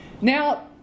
Now